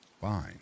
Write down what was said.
Fine